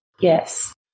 Yes